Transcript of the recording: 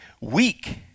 Weak